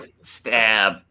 stab